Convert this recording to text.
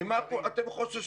ממה אתם חוששים?